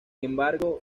embargo